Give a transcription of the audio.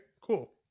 cool